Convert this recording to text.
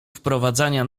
wprowadzania